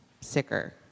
sicker